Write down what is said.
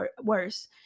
worse